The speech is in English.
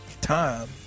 Time